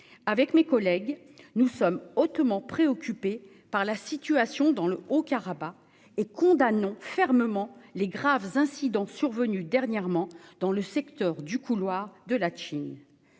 Avec mes collègues, nous sommes hautement préoccupés par la situation dans le Haut-Karabagh et nous condamnons fermement les graves incidents survenus dernièrement dans le secteur du couloir de Latchin.